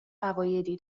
فوایدی